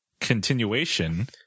continuation